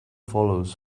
follows